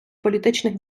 політичних